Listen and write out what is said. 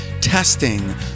testing